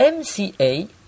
MCA